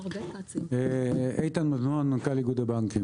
אני מנכ"ל איגוד הבנקים.